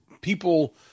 people